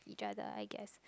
each other I guess